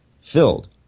filled